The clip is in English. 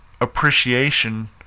appreciation